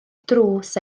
drws